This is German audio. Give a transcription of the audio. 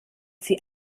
sie